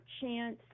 chance